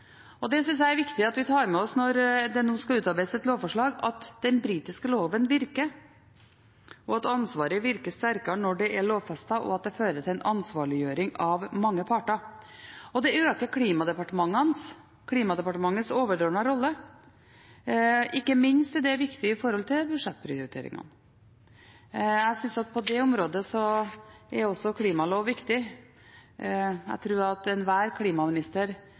klimaspørsmålet. Jeg synes det er viktig når det nå skal utarbeides et lovforslag, at vi tar med oss at den britiske loven virker, og at ansvaret virker sterkere når det er lovfestet, og at det fører til en ansvarliggjøring av mange parter. Det øker Klimadepartementets overordnede rolle, og ikke minst er det viktig i forhold til budsjettprioriteringene. Jeg synes at på det området er også en klimalov viktig. Jeg tror at enhver klimaminister